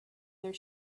their